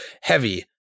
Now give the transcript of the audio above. Heavy